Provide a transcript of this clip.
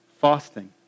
fasting